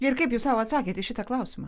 ir kaip jūs sau atsakėt į šitą klausimą